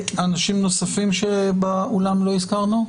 אנשים נוספים באולם לא הזכרנו?